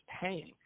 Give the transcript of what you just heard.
paying